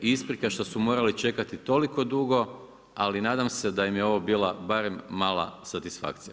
I isprika što su morali čekati toliko dugo ali nadam se da im je ovo bila barem mala satisfakcija.